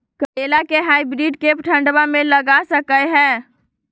करेला के हाइब्रिड के ठंडवा मे लगा सकय हैय?